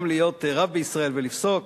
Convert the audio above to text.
גם להיות רב בישראל ולפסוק?